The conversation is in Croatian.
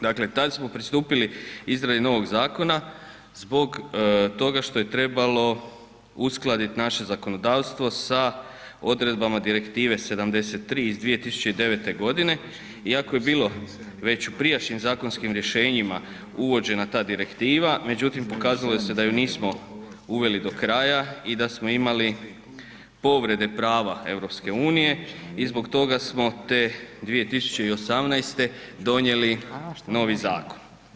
Dakle, tad smo pristupili izradi novog zakona zbog toga što je trebalo uskladiti naše zakonodavstvo sa odredbama Direktive 73 iz 2009. godine iako je bilo već prijašnjim zakonskim rješenjima uvođena ta direktiva, međutim pokazuje se a ju nismo uveli do kraja i da smo imali povrede prava EU i zbog toga smo te 2018. donijeli novi zakon.